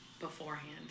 beforehand